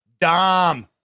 Dom